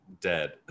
dead